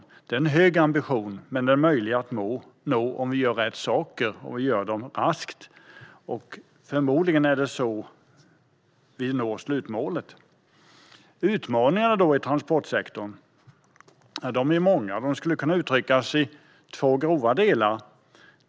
Det är en hög ambition, men den är möjlig att nå om vi gör rätt saker och gör dem raskt. Förmodligen är det så vi når slutmålet. Utmaningarna i transportsektorn är många och skulle kunna uttryckas i två grova delar.